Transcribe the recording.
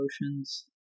emotions